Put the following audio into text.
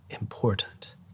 important